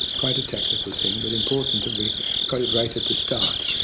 quite a technical thing but important that we got it right at the start.